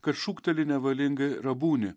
kad šūkteli nevalingai rabūni